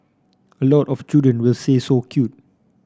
a lot of children will say so cute